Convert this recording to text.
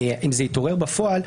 אם זה התעורר בפועל,